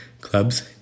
Clubs